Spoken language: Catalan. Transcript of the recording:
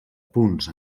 punts